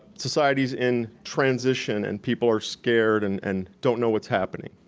society's in transition and people are scared and and don't know what's happening.